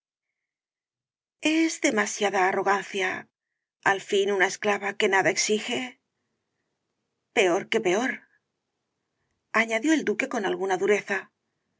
es demasiada arrogancia al fin una esclava que nada exige peor que peor añadió el duque con alguna dureza